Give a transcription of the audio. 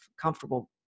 comfortable